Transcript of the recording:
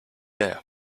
det